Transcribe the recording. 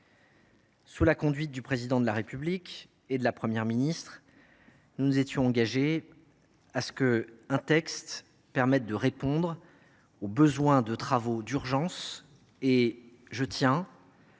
Sous la conduite du Président de la République et de la Première ministre, nous nous étions engagés à présenter un texte permettant de répondre au besoin de travaux d’urgence. Je tiens